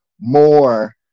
more